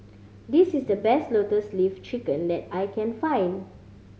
this is the best Lotus Leaf Chicken that I can find